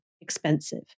expensive